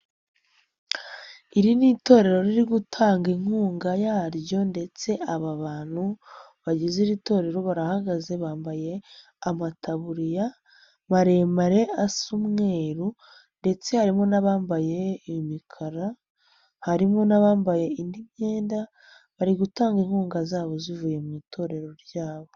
Iri ni itorero riri gutanga inkunga yaryo ndetse aba bantu bagize iri torero barahagaze bambaye amataburiya maremare asa umweru ndetse harimo n'abambaye imikara, harimo n'abambaye indi myenda, bari gutanga inkunga zabo zivuye mu itorero ryabo.